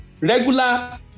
regular